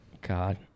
God